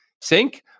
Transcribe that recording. sink